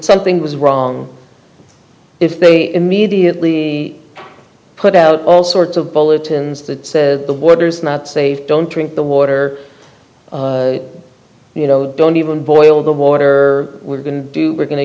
something was wrong if they immediately put out all sorts of bulletins that says the border is not safe don't drink the water you know don't even boil the water we're going to do we're going to